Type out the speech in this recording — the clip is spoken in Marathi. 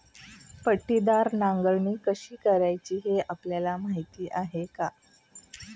पट्टीदार नांगरणी कशी करायची हे आपल्याला माहीत आहे का?